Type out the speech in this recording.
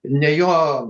ne jo